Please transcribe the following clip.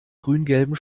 grüngelben